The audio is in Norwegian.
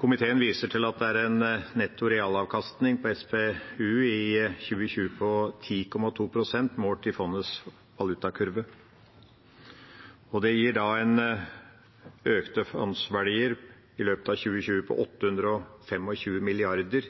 Komiteen viser til at det er en netto realavkastning på SPU i 2020 på 10,2 pst. målt i fondets valutakurve. Det gir økte fondsverdier i løpet av 2020 på 825 mrd.